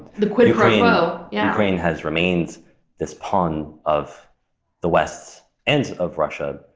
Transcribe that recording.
the quid pro quo, yeah. ukraine has remained this pawn of the west and of russia.